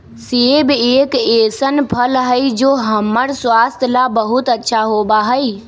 सेब एक ऐसन फल हई जो हम्मर स्वास्थ्य ला बहुत अच्छा होबा हई